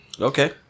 okay